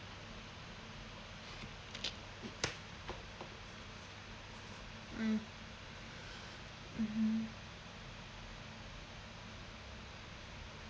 mm mmhmm